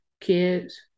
kids